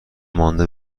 مانده